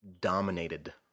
dominated